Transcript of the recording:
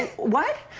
and what!